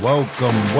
Welcome